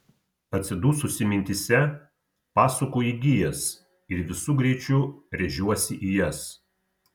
atsidususi mintyse pasuku į gijas ir visu greičiu rėžiuosi į jas